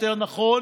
יותר נכון,